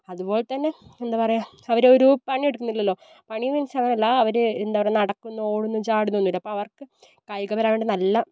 അതുപോൽതന്നെ എന്താ പറയുക അവര് ഒരു പണിയെടുക്കുന്നില്ലല്ലോ പണി മീൻസ് അങ്ങനല്ലാ അവര് എന്താ പറയുക നടക്കുന്നു ഓടുന്നും ചാടുന്നും ഒന്നുവില്ല അപ്പം അവർക്ക് കായിക പരമായതുകൊണ്ട് നല്ല